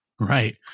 Right